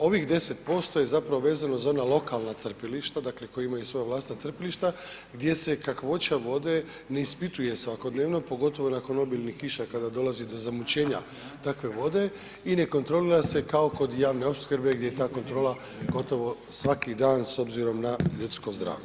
Ovih 10% je vezano za ona lokalna crpilišta dakle koja imaju svoja vlastita crpilišta gdje se kakvoća vode ne ispituje svakodnevno pogotovo nakon obilnih kiša kada dolazi do zamućenja takve vode i ne kontrolira se kao kod javne opskrbe gdje je ta kontrola gotovo svaki dan s obzirom na ljudsko zdravlje.